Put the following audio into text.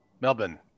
Melbourne